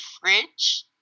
fridge